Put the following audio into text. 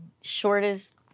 shortest